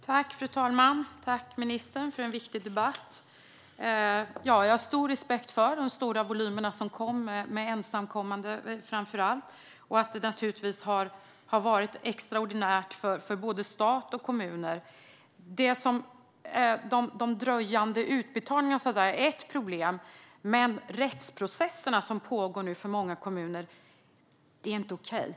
Fru talman! Tack, ministern, för en viktig debatt! Jag har stor respekt för de stora volymer som kom, framför allt av ensamkommande. Läget har naturligtvis varit extraordinärt för både stat och kommuner. De dröjande utbetalningarna är ett problem, men de rättsprocesser som nu pågår för många kommuner är verkligen inte okej.